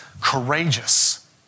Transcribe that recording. courageous